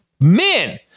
men